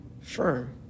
firm